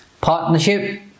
partnership